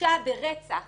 הורשע ברצח